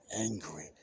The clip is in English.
angry